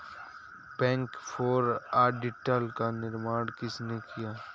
Big four auditor का निर्माण किसने किया?